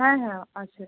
হ্যাঁ হ্যাঁ আছে